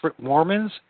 Mormons